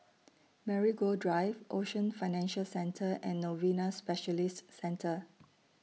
Marigold Drive Ocean Financial Centre and Novena Specialist Centre